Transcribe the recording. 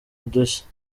udushya